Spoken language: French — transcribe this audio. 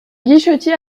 guichetier